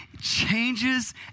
changes